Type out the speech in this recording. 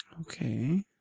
Okay